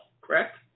correct